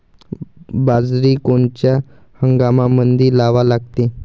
बाजरी कोनच्या हंगामामंदी लावा लागते?